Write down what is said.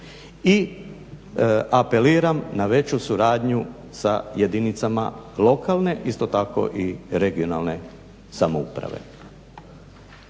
I apeliram na veću suradnju sa jedinicama lokalne, isto tako i regionalne samouprave.